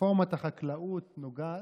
רפורמת החקלאות נוגעת,